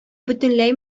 бөтенләй